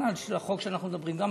בכלל בחוק שאנחנו מדברים עליו,